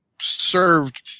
served